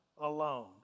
alone